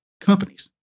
companies